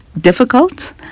difficult